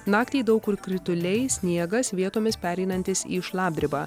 naktį daug kur krituliai sniegas vietomis pereinantis į šlapdribą